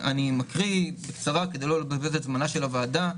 אקרא בקצרה כדי לא לבזבז את זמנה של הוועדה.